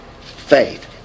faith